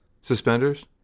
suspenders